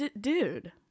dude